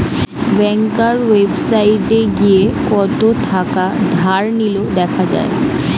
ব্যাংকার ওয়েবসাইটে গিয়ে কত থাকা ধার নিলো দেখা যায়